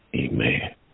Amen